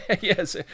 Yes